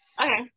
Okay